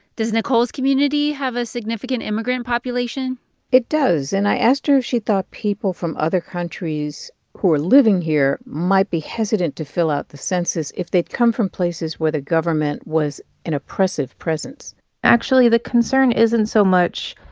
does nicole's community have a significant immigrant population? it does. and i asked her if she thought people from other countries who were living here might be hesitant to fill out the census if they'd come from places where the government was an oppressive presence actually, the concern isn't so much,